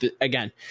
again